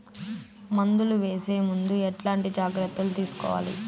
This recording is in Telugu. మందులు వేసే ముందు ఎట్లాంటి జాగ్రత్తలు తీసుకోవాలి?